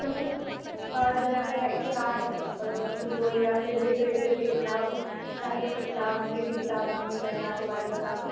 जेनाकि अहाँ इतिहास भुगोल या फेर लिटरेचर के किताब साहित्यके किताब जे भी किताब अहाँकेँ चाही अहाँ ओहि बारेमे बताबु